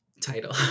Title